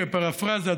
כפרפראזה,